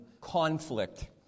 conflict